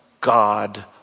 God